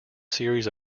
series